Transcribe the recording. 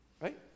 right